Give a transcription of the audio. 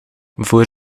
voor